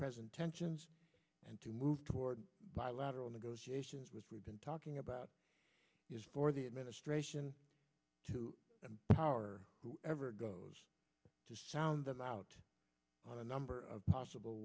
present tensions and to move toward bilateral negotiations which we've been talking about for the administration to power who ever goes to sound them out on a number of possible